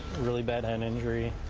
really bad head injury.